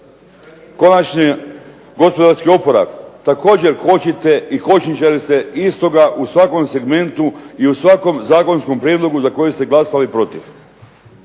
Konačni gospodarski oporavak također kočite i kočničari ste istoga u svakom segmentu i u svakom zakonskom prijedlogu za koji ste glasali protiv.